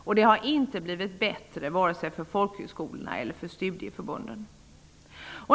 Och det blir inte bättre för folkhögskolorna och studieförbunden.